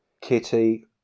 Kitty